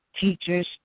teachers